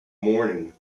morning